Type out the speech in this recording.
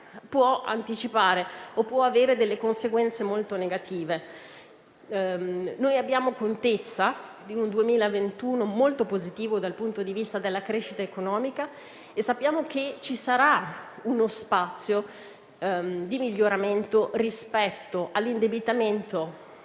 può anticipare o avere conseguenze molto negative. Noi abbiamo contezza di un 2021 molto positivo dal punto di vista della crescita economica e sappiamo che ci sarà uno spazio di miglioramento rispetto all'indebitamento